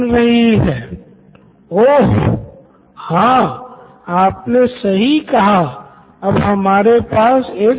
जिन बातों की आपको अधिक जानकारी है आप उन बातों पर अधिक गहराई से सोच पाते हैं और जिन बातों को आप कम समझते हैं उन पे गहराई से विचार नहीं कर पाते है